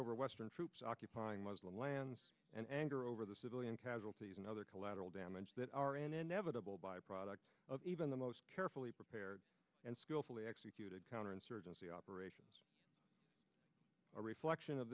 over western troops occupying muslim lands and anger over the civilian casualties and other collateral damage that are an inevitable byproduct of even the most carefully prepared and skillfully executed counterinsurgency operation a reflection of